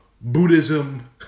Buddhism